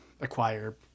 acquire